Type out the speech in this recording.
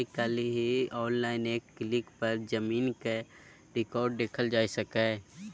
आइ काल्हि आनलाइन एक क्लिक पर जमीनक रिकॉर्ड देखल जा सकैए